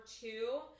two